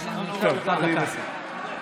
טוב, אני אנסה.